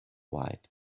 white